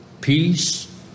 peace